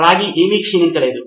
రాగి ఏమీ క్షీణించలేదు